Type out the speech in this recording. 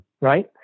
Right